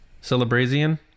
celebration